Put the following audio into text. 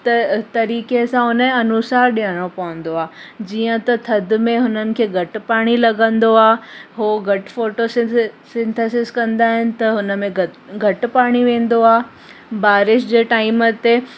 त तरीक़े सां उनजे अनुसार ॾियणो पवंदो आहे जीअं त थधि में हुननि खे घटि पाणी लॻंदो आहे हो घटि फोटो सिंसे सिंथेसिस कंदा आहिनि त हुनमें घत घटि पाणी वेंदो आहे बारिश जे टाइम ते